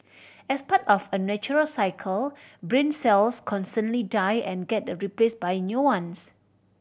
as part of a natural cycle brain cells constantly die and get the replaced by new ones